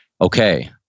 okay